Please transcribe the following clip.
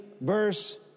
verse